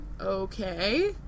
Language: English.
okay